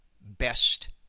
best